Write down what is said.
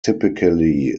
typically